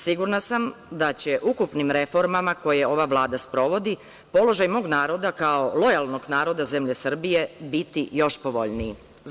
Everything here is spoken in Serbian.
Sigurna sam da će ukupnim reformama koje ova Vlada sprovodi položaj mog naroda kao lojalnog naroda zemlje Srbije biti još povoljniji.